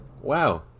wow